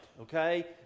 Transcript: Okay